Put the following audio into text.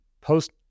post